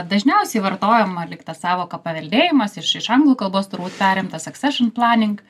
dažniausiai vartojama lyg ta sąvoka paveldėjimas iš iš anglų kalbos turbūt perimta succession planning